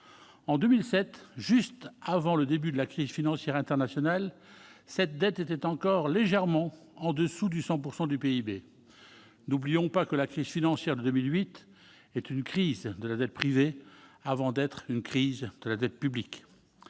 En 2007, juste avant le début de la crise financière internationale, elle était encore légèrement en dessous de 100 % du PIB. N'oublions pas que la crise financière de 2008 est une crise de la dette privée avant d'être une crise de la dette publique